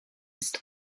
ist